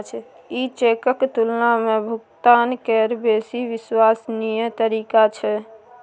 ई चेकक तुलना मे भुगतान केर बेसी विश्वसनीय तरीका छै